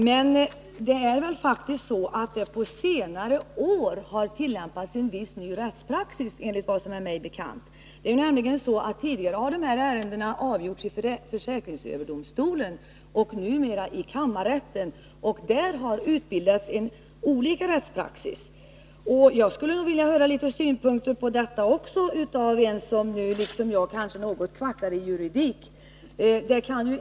Men senaste året har det tillämpats en ny rättspraxis, enligt vad som är mig bekant. Tidigare har dessa ärenden avgjorts i försäkringsöverdomstolen och numera avgörs de i kammarrätten. Jag skulle vilja höra några synpunkter på detta av en som, liksom jag, kanske är något av kvackare i juridik.